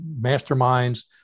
masterminds